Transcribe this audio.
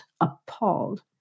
appalled